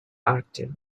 octave